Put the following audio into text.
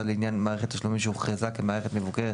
לעניין מערכת תשלומים שהוכרזה כמערכת מבוקרת